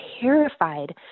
terrified